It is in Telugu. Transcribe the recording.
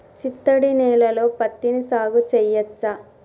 చిత్తడి నేలలో పత్తిని సాగు చేయచ్చా?